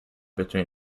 between